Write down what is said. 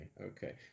okay